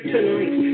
Tonight